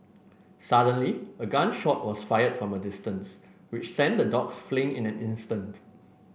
suddenly a gun shot was fired from a distance which sent the dogs fleeing in an instant